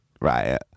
right